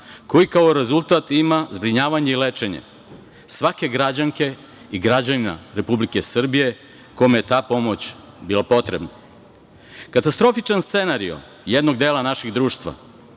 koji kao rezultat ima zbrinjavanje i lečenje svake građanke i građanina Republike Srbije kojima je ta pomoć bila potrebna. Katastrofičan scenario jednog dela našeg društva,